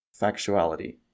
factuality